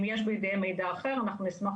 אם יש בידיהם מידע אחר אנחנו נשמח